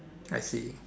I see